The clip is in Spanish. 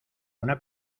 una